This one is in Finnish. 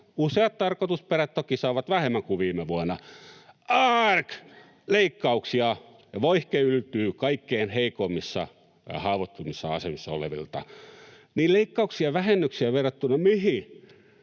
useat tarkoitusperät toki saavat vähemmän kuin viime vuonna. Aargh! Leikkauksia kaikkein heikoimmassa ja haavoittuvimmassa asemassa olevilta, voihke yltyy. Niin, leikkauksia ja vähennyksiä verrattuna mihin?